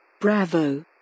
Bravo